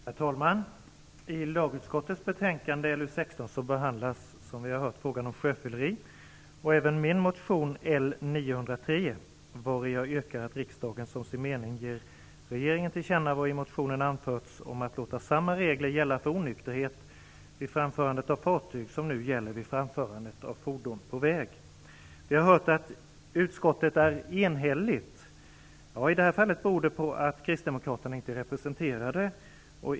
Herr talman! I lagutskottets betänkande LU16 behandlas som vi har hört frågan om sjöfylleri och även min motion L903, vari jag yrkar att riksdagen som sin mening ger regeringen till känna vad i motionen anförts om att låta samma regler gälla för onykterhet vid framförandet av fartyg som nu gäller vid framförandet av fordon på väg. Vi har hört att utskottet är enigt. Det beror i det här fallet på att kristdemokraterna inte är representerade.